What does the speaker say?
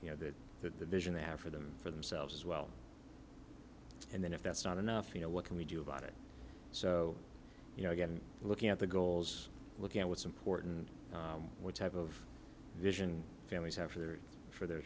you know that the vision that for them for themselves as well and then if that's not enough you know what can we do about it so you know again looking at the goals looking at what's important what type of vision families have for their for their